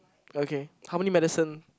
okay how many medicine